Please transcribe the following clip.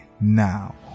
now